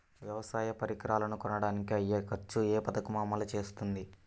వ్యవసాయ పరికరాలను కొనడానికి అయ్యే ఖర్చు ఏ పదకము అమలు చేస్తుంది?